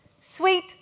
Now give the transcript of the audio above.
Sweet